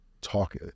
talk